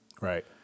Right